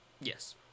Yes